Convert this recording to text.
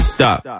Stop